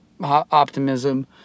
optimism